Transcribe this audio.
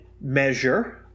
measure